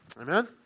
Amen